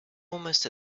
almost